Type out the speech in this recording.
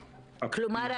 כלומר,